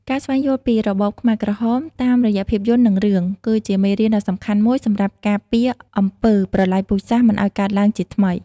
ការស្វែងយល់ពីរបបខ្មែរក្រហមតាមរយៈភាពយន្ត និងរឿង គឺជាមេរៀនដ៏សំខាន់មួយសម្រាប់ការពារអំពើប្រល័យពូជសាសន៍មិនឲ្យកើតឡើងជាថ្មី។